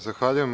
Zahvaljujem.